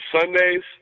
Sundays